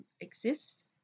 exist